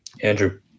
Andrew